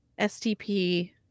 STP